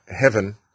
heaven